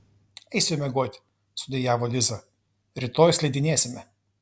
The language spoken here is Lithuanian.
eisiu miegoti sudejavo liza rytoj slidinėsime